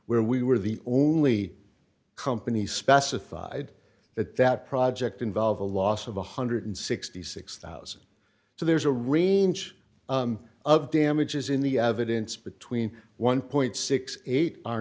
where we were the only company specified that that project involve a loss of one hundred and sixty six thousand so there's a range of damages in the evidence between one sixty eight our